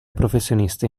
professionisti